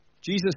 Jesus